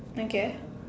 I guess